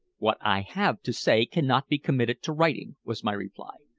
what i have to say cannot be committed to writing, was my reply.